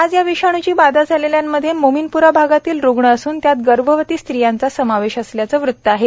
आज या विषाणची बाधा झालेल्यान मध्ये मोमीनपरा भागातील रुग्ण असन त्यात गर्भवती स्ट्रियांचा समावेश असल्याचं वृत्त आहे